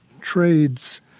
trades